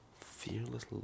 Fearless